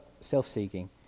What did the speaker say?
self-seeking